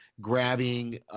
grabbing –